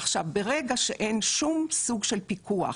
עכשיו, ברגע שאין שום סוג של פיקוח